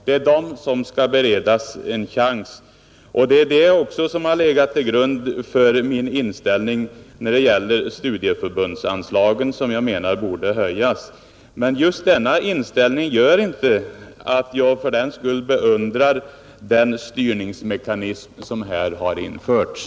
Detta har också legat till grund för min inställning när det gäller studieförbundens anslag, som jag menar borde höjas. Men just denna inställning medför inte att jag fördenskull beundrar den styrningsmekanism som här har införts.